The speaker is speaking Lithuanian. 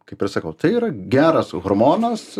kaip ir sakau tai yra geras hormonas